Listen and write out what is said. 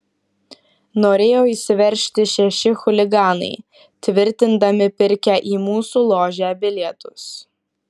norėjo įsiveržti šeši chuliganai tvirtindami pirkę į mūsų ložę bilietus